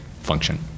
function